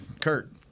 Kurt